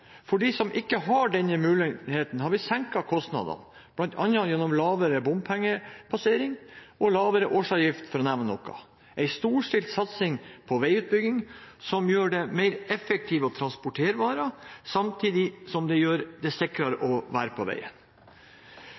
For dem som ikke har denne muligheten, har vi senket kostnadene, bl.a. gjennom lavere avgift ved bompengepassering og lavere årsavgift, for å nevne noe. Vi har en storstilt satsing på veiutbygging, som gjør det mer effektivt å transportere varer, samtidig som det gjør det sikrere å være på veien.